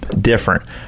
different